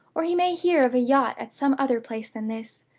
or he may hear of a yacht at some other place than this.